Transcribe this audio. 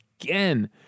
again